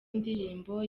ndirimbo